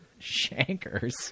Shankers